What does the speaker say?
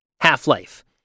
Half-life